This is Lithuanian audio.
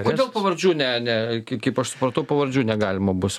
kodėl pavardžių ne ne kaip aš supratau pavardžių negalima bus